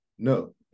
No